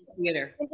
theater